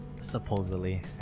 Supposedly